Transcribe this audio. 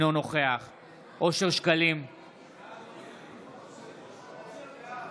אינו נוכח אושר שקלים,